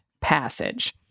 passage